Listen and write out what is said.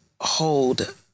hold